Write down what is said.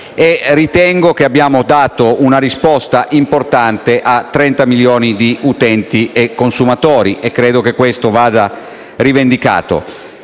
Ritengo che abbiamo dato una risposta importante a 30 milioni di utenti e consumatori, e questo credo vada rivendicato.